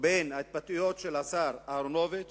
בין ההתבטאויות של השר אהרונוביץ